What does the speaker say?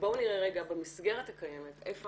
בואו נראה רגע במסגרת הקיימת איפה